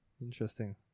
Interesting